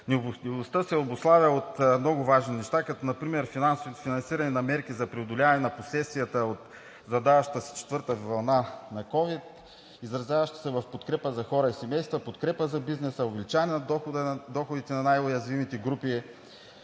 се обуславя от много важни неща, като например финансиране на мерки за преодоляване на последствията от задаваща се четвърта вълна на ковид, изразяваща се в подкрепа за хора и семейства, подкрепа за бизнеса, увеличаване на доходите на най-уязвимите групи,